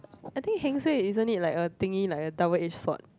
I think heng suay isn't it like a thingy like a double edge sword